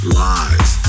lies